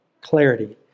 clarity